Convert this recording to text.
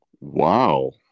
Wow